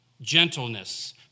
gentleness